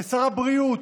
לשר הבריאות,